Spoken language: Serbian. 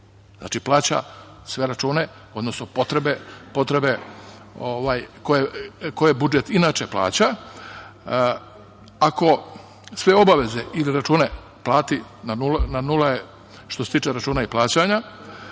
znači plaća sve račune, odnosno potrebe koje budžet inače plaća, ako sve obaveze ili račune plati, na nuli je, što se tiče računa i plaćanja.